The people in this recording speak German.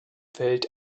fällt